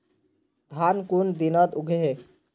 धान कुन दिनोत उगैहे